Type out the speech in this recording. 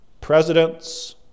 presidents